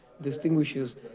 distinguishes